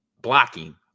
blocking